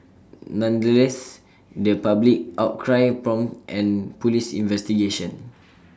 nonetheless the public outcry prompted an Police investigation